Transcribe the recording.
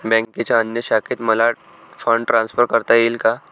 बँकेच्या अन्य शाखेत मला फंड ट्रान्सफर करता येईल का?